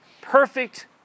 perfect